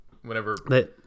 Whenever